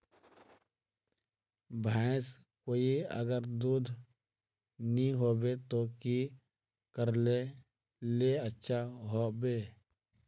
भैंस कोई अगर दूध नि होबे तो की करले ले अच्छा होवे?